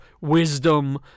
wisdom